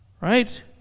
Right